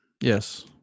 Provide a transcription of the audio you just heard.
Yes